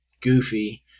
goofy